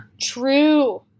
true